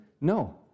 No